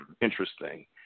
interesting